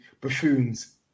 buffoons